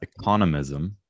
economism